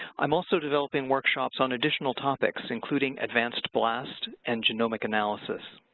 i'm also developing workshops on additional topics including advanced blast and genomic analysis.